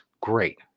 great